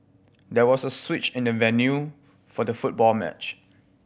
there was a switch in the venue for the football match